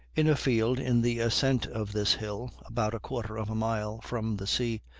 in a field in the ascent of this hill, about a quarter of a mile from the sea,